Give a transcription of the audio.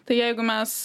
tai jeigu mes